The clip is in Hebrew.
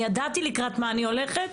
אני ידעתי לקראת מה אני הולכת.